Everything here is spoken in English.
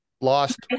Lost